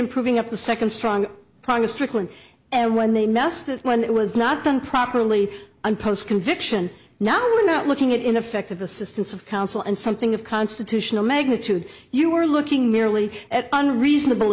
improving up the second strong promise strickland and when they messed it when it was not done properly and post conviction now we're not looking at ineffective assistance of counsel and something of constitutional magnitude you were looking merely at an reasonable